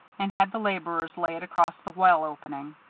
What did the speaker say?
and had the laborers lay it across the well opening.